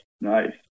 Nice